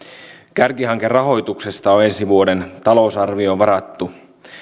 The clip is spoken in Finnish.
kärkihankerahoituksesta on ensi vuoden talousarvioon varattu